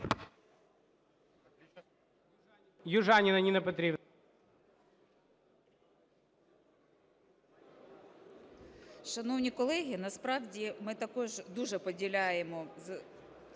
Южаніна Ніна Петрівна.